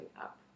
up